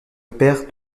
père